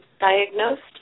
diagnosed